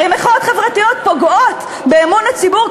הרי מחאות חברתיות פוגעות באמון הציבור,